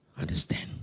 understand